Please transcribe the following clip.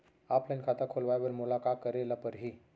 Offline खाता खोलवाय बर मोला का करे ल परही?